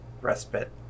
respite